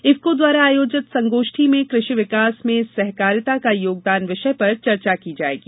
इफको द्वारा आयोजित संगोष्ठी में कृषि विकास में सहकारिता का योगदान विषय पर चर्चा की जायेगी